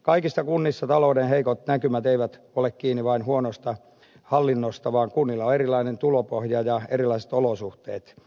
kaikissa kunnissa talouden heikot näkymät eivät ole kiinni vain huonosta hallinnosta vaan kunnilla on erilaiset tulopohjat ja erilaiset olosuhteet